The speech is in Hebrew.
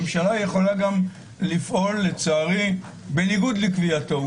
הממשלה יכולה גם לפעול, לצערי, בניגוד לקביעתו.